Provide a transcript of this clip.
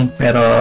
pero